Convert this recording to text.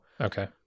Okay